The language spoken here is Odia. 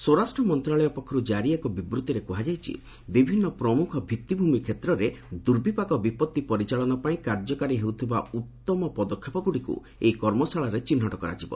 ସ୍ୱରାଷ୍ଟ୍ର ମନ୍ତ୍ରଣାଳୟ ପକ୍ଷରୁ ଜାରି ଏକ ବିବୃତ୍ତିରେ କୁହାଯାଇଛି ବିଭିନ୍ନ ପ୍ରମୁଖ ଭିଭିମି କ୍ଷେତ୍ରରେ ଦୁର୍ବିପାକ ବିପତ୍ତି ପରିଚାଳନା ପାଇଁ କାର୍ଯ୍ୟକାରୀ ହେଉଥିବାର ଉତ୍ତମ ପଦକ୍ଷେପଗୁଡ଼ିକୁ ଏହି କର୍ମଶାଳାରେ ଚିହ୍ନଟ କରାଯିବ